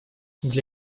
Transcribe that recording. для